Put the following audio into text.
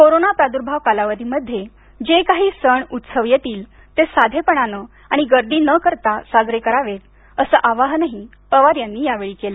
corona प्रादुर्भाव कालावधीमध्ये जे काही सण उत्सव येतील ते साधेपणानं आणि गर्दी न करता साजरे करावेत असं आवाहनही पवार यांनी यावेळी केलं